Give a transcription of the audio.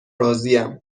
راضیم